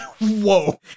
Whoa